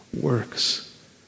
works